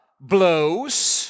blows